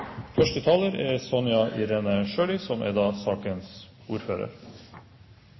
Første taler er sakens ordfører,